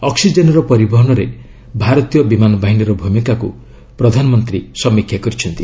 ଅକ୍ସିଜେନ୍ର ପରିବହନରେ ଭାରତୀୟ ବିମାନ ବାହିନୀର ଭୂମିକାକୁ ପ୍ରଧାନମନ୍ତ୍ରୀ ସମୀକ୍ଷା କରିଛନ୍ତି